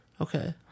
Okay